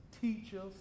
teachers